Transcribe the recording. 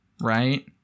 right